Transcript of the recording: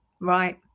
right